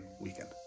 weekend